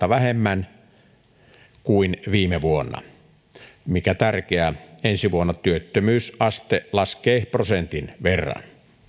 vähemmän kuin viime vuonna mikä tärkeää ensi vuonna työttömyysaste laskee prosentin verran